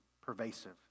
pervasive